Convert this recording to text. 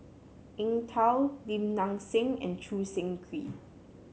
Eng Tow Lim Nang Seng and Choo Seng Quee